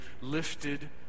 lifted